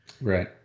right